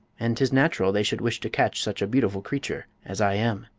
and tis natural they should wish to catch such a beautiful creature as i am.